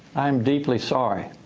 i am deeply sorry.